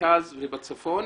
במרכז ובצפון.